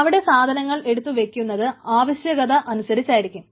അവിടെ സാധനങ്ങൾ എടുത്തു വയ്ക്കുന്നത് ആവശ്യകത അനുസരിച്ചായിരിക്കും